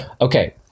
Okay